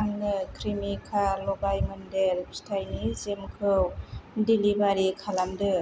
आंनो क्रेमिका लगायमोन्देर फिथाइनि जेमखौ डेलिबारि खालामदो